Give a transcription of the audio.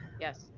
Yes